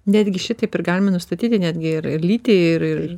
netgi šitaip ir galima nustatyti netgi ir ir lytį ir ir